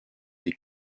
des